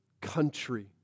country